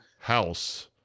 house